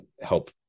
help